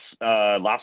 last